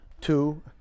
two